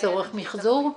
לצורך מחזור?